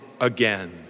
again